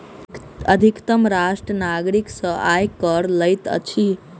अधितम राष्ट्र नागरिक सॅ आय कर लैत अछि